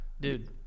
Dude